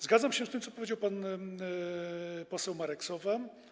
Zgadzam się z tym, co powiedział pan poseł Marek Sowa.